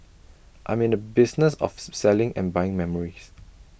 I'm in the business of selling and buying memories